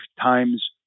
times